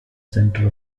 center